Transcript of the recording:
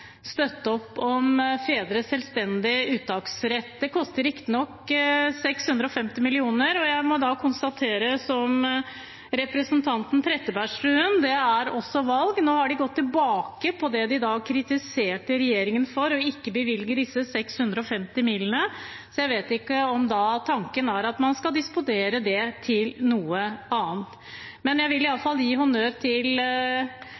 støtte opp om fedres selvstendige uttaksrett. Det koster riktignok 650 mill. kr, og da må også jeg, som representanten Trettebergstuen, konstatere at det er valg. Nå er de gått tilbake på det de kritiserte regjeringen for – ikke å bevilge disse 650 mill. kr – så jeg vet ikke om tanken er at man skal disponere det til noe annet. Men jeg vil